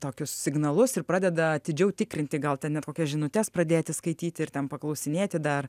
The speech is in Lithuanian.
tokius signalus ir pradeda atidžiau tikrinti gal ten net kokias žinutes pradėti skaityti ir ten paklausinėti dar